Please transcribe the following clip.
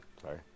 Sorry